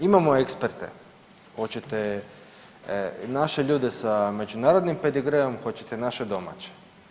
Imamo eksperte, oćete naše ljude sa međunarodnim pedigreom, hoćete naše domaće.